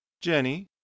Jenny